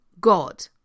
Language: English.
god